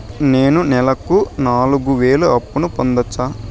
నేను నెలకు నాలుగు వేలు అప్పును పొందొచ్చా?